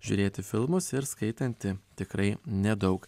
žiūrėti filmus ir skaitanti tikrai nedaug